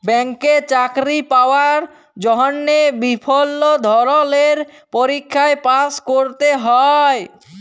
ব্যাংকে চাকরি পাওয়ার জন্হে বিভিল্য ধরলের পরীক্ষায় পাস্ ক্যরতে হ্যয়